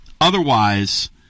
Otherwise